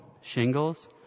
shingles